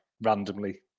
randomly